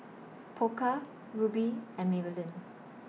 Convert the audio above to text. Pokka Rubi and Maybelline